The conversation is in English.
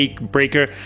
Breaker